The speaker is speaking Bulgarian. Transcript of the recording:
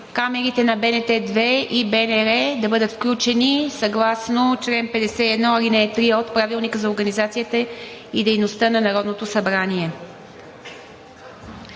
камерите на БНТ 2 и БНР да бъдат включени, съгласно чл. 51, ал. 3 от Правилника за организацията и дейността на Народното събрание.